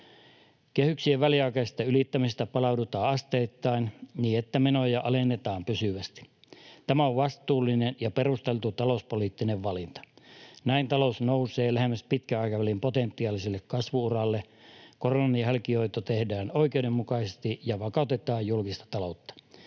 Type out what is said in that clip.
Kehyksien väliaikaisesta ylittämisestä palaudutaan asteittain niin, että menoja alennetaan pysyvästi. Tämä on vastuullinen ja perusteltu talouspoliittinen valinta. Näin talous nousee lähemmäs pitkän aikavälin potentiaalista kasvu-uraa, koronan jälkihoito tehdään oikeudenmukaisesti ja vakautetaan julkista taloutta.